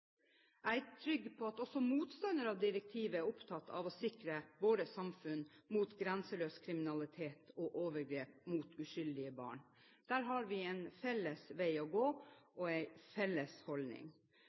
Jeg er trygg på at også motstandere av direktivet er opptatt av å sikre vårt samfunn mot grenseløs kriminalitet og overgrep mot uskyldige barn. Der har vi en felles vei å